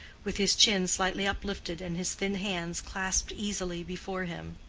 with his chin slightly uplifted and his thin hands clasped easily before him.